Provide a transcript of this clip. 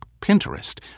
Pinterest